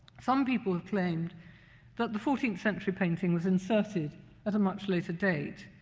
some people have claimed that the fourteenth century painting was inserted at a much later date.